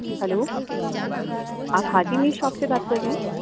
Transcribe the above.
hello آپ Haji meat shop سے بات کر رہے ہیں